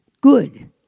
good